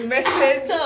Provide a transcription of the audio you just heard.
Message